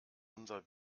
unser